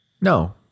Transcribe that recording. No